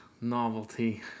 novelty